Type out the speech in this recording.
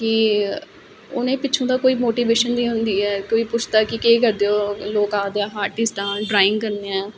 कि उनेंगी पिच्छो दा कोई मोटीवेशन नेईं होंदी ऐ कोई पुच्छदा के करदे ओ लोक आक्खदे अस आर्टिस्ट आं ड्रांइग करने आं